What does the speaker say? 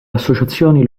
associazioni